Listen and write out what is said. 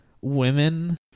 women